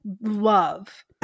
love